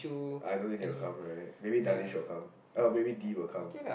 I don't need need to come right maybe Danish will come or maybe Dean will come